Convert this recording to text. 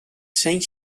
cent